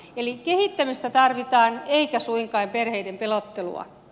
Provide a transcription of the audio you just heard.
eli kehittämistä tarvitaan eikä suinkaan perheiden pelottelua